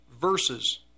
verses